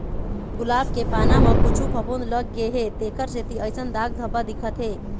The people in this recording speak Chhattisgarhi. गुलाब के पाना म कुछु फफुंद लग गे हे तेखर सेती अइसन दाग धब्बा दिखत हे